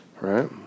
Right